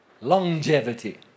longevity